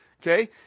Okay